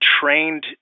trained